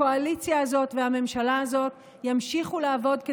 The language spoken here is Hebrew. הקואליציה הזאת והממשלה הזאת ימשיכו לעבוד,